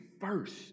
first